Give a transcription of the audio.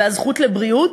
ואת הזכות לבריאות,